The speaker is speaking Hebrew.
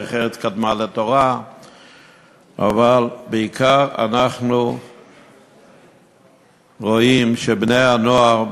דרך ארץ קדמה לתורה בעיקר אנחנו רואים שבני-הנוער,